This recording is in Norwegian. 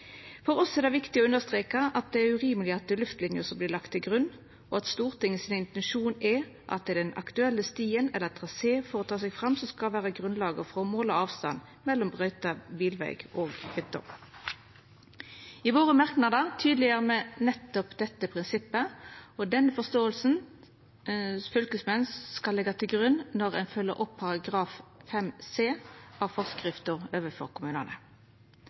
For oss er det viktig å understreka at det er urimeleg at det er luftlinja som vert lagd til grunn, og at Stortingets intensjon er at det er den aktuelle stien eller traseen for å ta seg fram som skal vera grunnlaget for å måla avstanden mellom brøyta bilveg og hytte. I merknadene våre tydeleggjer me nettopp dette prinsippet, og det er den forståinga fylkesmenn skal leggja til grunn når ein følgjer opp § 5 bokstav c av forskrifta overfor kommunane.